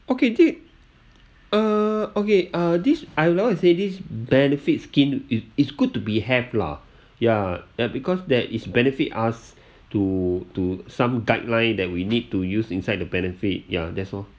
okay did uh okay uh this I'm never say this benefit scheme it it's good to be have lah ya because that is benefit us to to some guideline that we need to use inside the benefit ya that's all